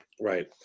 Right